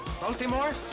Baltimore